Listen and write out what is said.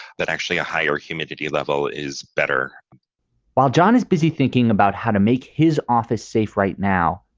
but actually a higher humidity level is better while john is busy thinking about how to make his office safe right now,